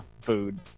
food